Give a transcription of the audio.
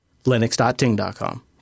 Linux.ting.com